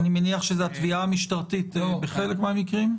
אני מניח שזה התביעה המשטרתית בחלק מן המקרים.